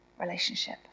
relationship